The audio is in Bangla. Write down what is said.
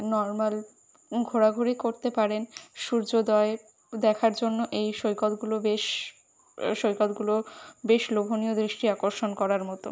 নর্মাল ঘোরাঘুরি করতে পারেন সূর্যোদয় দেখার জন্য এই সৈকতগুলো বেশ সৈকতগুলো বেশ লোভনীয় দৃষ্টি আকর্ষণ করার মতো